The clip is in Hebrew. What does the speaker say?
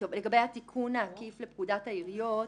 התיקון העקיף לפקודת העיריות